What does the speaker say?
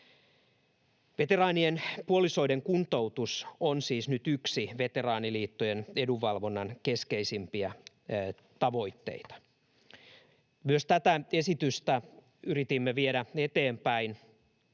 Veteraanien puolisoiden kuntoutus on siis nyt yksi veteraaniliittojen edunvalvonnan keskeisimpiä tavoitteita. Myös tätä esitystä yritimme viedä eteenpäin,